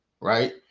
Right